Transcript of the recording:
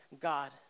God